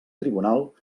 tribunal